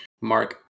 Mark